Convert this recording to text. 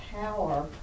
power